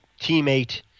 teammate